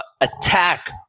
attack